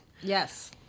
Yes